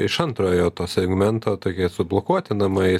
iš antrojo to segmento tokie sublokuoti namai